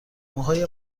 موهای